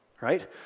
right